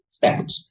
fact